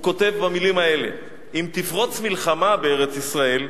הוא כותב במלים האלה: אם תפרוץ מלחמה בארץ-ישראל,